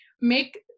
make